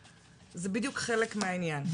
זה בדיוק חלק מהעניין,